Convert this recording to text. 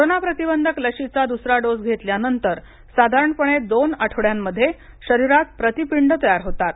corona प्रतिबंधक लशीचा दुसरा डोस घेतल्यानंतर साधारणपणे दोन आठवड्यांमध्ये शरीरात प्रतिपिंडे तयार होतात